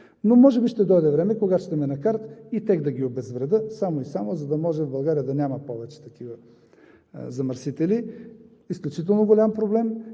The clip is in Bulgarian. Но може би ще дойде време, когато ще ме накарат и тях да ги обезвредя само и само, за да може в България да няма повече такива замърсители. Изключително голям проблем.